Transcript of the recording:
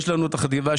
יש לנו את החטיבה,